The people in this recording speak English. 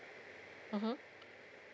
mmhmm